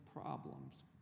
problems